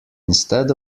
instead